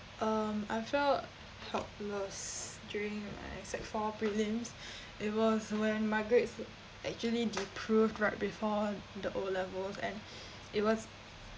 um I felt helpless during like sec four prelims it was when my grades actually deproved right before the o-levels and it was